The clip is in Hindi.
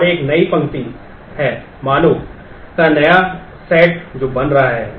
और एक नई पंक्ति है मानों का नया सेट जो बन रहा है